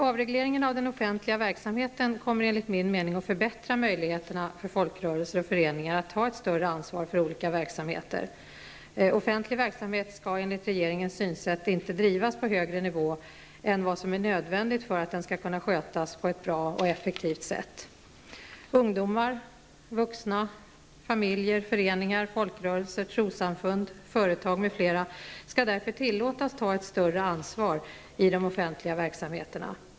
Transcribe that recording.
Avregleringen av den offentliga verksamheten kommer enligt min mening att förbättra möjligheterna för folkrörelser och föreningar att ta ett större ansvar för olika verksamheter. Offentlig verksamhet skall enligt regeringens synsätt inte drivas på högre nivå än vad som är nödvändigt för att den skall kunna skötas på ett bra och effektivt sätt. Ungdomar, vuxna, familjer, föreningar, folkrörelser, trossamfund, företag m.fl. skall därför tillåtas ta ett större ansvar i de offentliga verksamheterna.